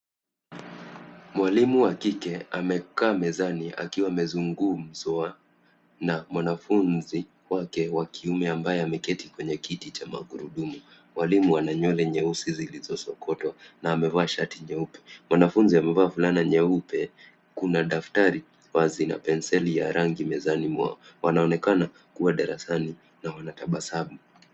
Mwalimu wa kike amekaa mezani akiwa amezungukwa na mwanafunzi wake wa kiume ambaye ameketi kwenye kiti cha magurudumu. Mwalimu ana nywele nyeusi zilizosokotwa na amevaa shati nyeupe. Mwanafunzi amevaa fulana nyeupe. Kuna daftari wazi na penseli ya rangi mezani mwao. Wanaoenekana kuwa darasani na wanatabasamu.